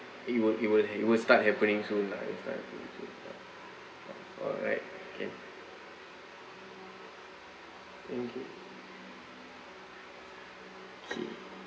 it'll it'll it'll start happening soon lah it'll start happening soon lah alright okay thank you K